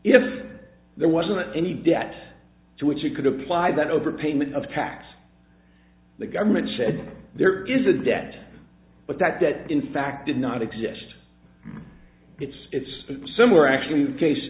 if there wasn't any debt to which you could apply that overpayment of tax the government said there is a debt but that that in fact did not exist it's it's a similar actually